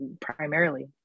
primarily